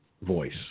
voice